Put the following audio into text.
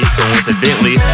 Coincidentally